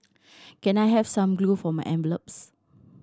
can I have some glue for my envelopes